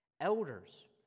Elders